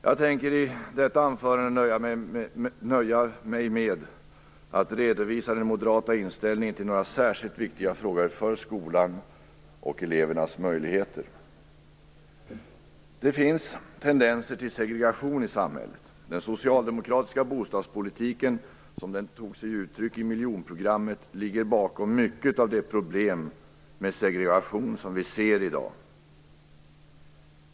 Jag tänker i detta anförande nöja mig med att redovisa den moderata inställningen till några särskilt viktiga frågor för skolans och elevernas möjligheter. Det finns tendenser till segregation i samhället. Den socialdemokratiska bostadspolitiken, som den tog sig uttryck i miljonprogrammet, ligger bakom mycket av de problem med segregation som vi ser i dag.